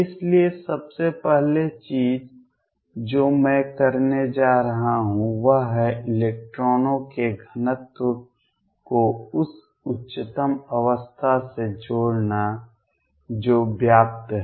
इसलिए सबसे पहली चीज जो मैं करने जा रहा हूं वह है इलेक्ट्रॉनों के घनत्व को उस उच्चतम अवस्था से जोड़ना जो व्याप्त है